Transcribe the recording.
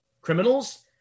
criminals